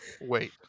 Wait